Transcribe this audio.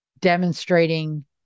demonstrating